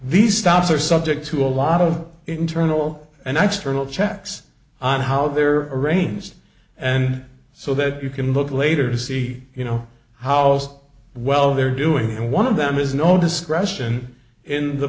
these stops are subject to a lot of internal and external checks on how they're arranged and so that you can look later to see you know how well they're doing and one of them is no discretion in the